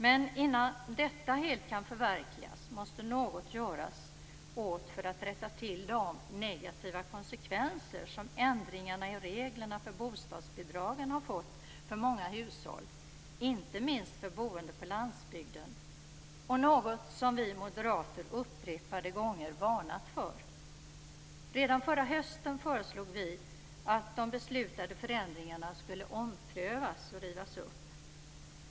Men innan detta helt kan förverkligas måste något göras för att rätta till de negativa konsekvenser som ändringarna i reglerna för bostadsbidragen har fått för många hushåll, inte minst för boende på landsbygden, något som vi moderater upprepade gånger varnat för. Redan förra hösten föreslog vi att de beslutade förändringarna skulle omprövas och rivas upp.